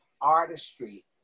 artistry